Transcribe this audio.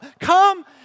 Come